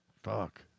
Fuck